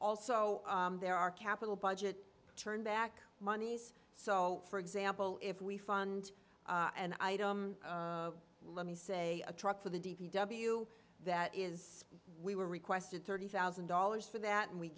also there are capital budget turnback monies so for example if we fund an item let me say a truck for the d p w that is we were requested thirty thousand dollars for that and we